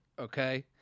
Okay